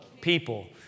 People